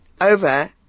over